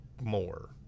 more